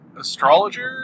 astrologer